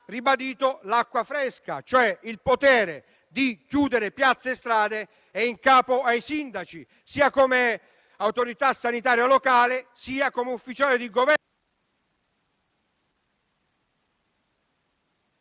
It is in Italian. ribadito l'acqua fresca: il potere di chiudere piazze e strade è in capo ai sindaci, sia come autorità sanitaria locale, sia come ufficiali di Governo...